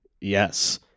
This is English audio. Yes